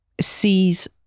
sees